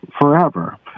forever